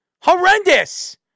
Horrendous